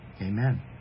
Amen